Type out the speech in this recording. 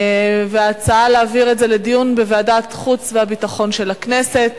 ההצעה להעביר את זה לדיון בוועדת החוץ והביטחון של הכנסת.